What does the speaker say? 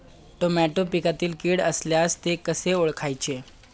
Tomato पिकातील कीड असल्यास ते कसे ओळखायचे?